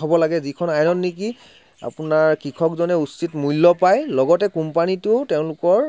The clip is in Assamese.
হ'ব লাগে যিখন আইনত নেকি আপোনাৰ কৃষকজনে উচিত মূল্য পায় লগতে কোম্পানীটো তেওঁলোকৰ